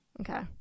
Okay